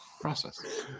process